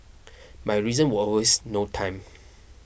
my reason were always no time